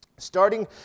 Starting